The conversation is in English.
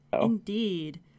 indeed